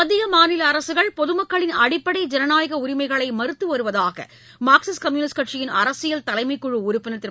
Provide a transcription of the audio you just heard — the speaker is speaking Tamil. மத்திய மாநில அரசுகள் பொதுமக்களின் அடிப்படை ஜனநாயக உரிமைகளை மறுத்து வருவதாக மார்க்சிஸ்ட் கம்யூனிஸ்ட் கட்சியின் அரசியல் தலைமைக்குழு உறுப்பினர் திரு